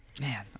man